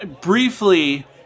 briefly